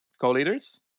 Co-leaders